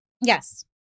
Yes